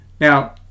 Now